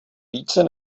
více